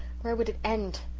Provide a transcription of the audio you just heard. where would it end?